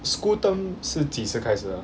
school term 是几时开始